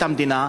את המדינה.